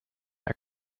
der